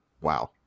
wow